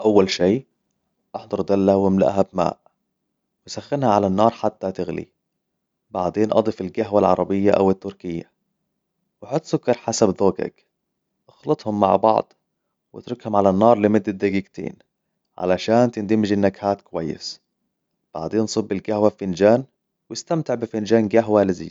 أول شي أحضر دلة و أملأها بماء سخنها على النار حتى تغلي بعدين أضف القهوة العربية أو التركية و أضف سكر حسب ذوقك إخلطهم مع بعض و إتركهم على النار لمدة دقيقتين علشان تندمج النكهات كويس بعدين صب بالقهوة بنجان و إستمتع بفنجان قهوة لذيذ